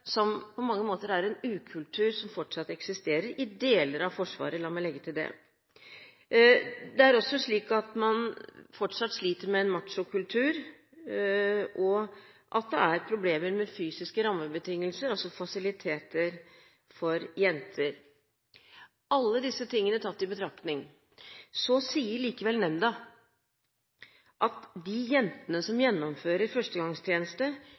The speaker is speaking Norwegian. som på mange måter er en ukultur som fortsatt eksisterer i deler av Forsvaret – la meg legge til det. Det er også slik at man fortsatt sliter med en machokultur, og at det er problemer med fysiske rammebetingelser, altså fasiliteter for jenter. Alle disse tingene tatt i betraktning, sier likevel nemnda at de jentene som gjennomfører førstegangstjeneste,